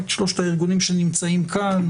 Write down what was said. את שלושת הארגונים שנמצאים כאן,